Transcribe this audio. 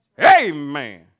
Amen